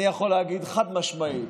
אני יכול להגיד חד-משמעית: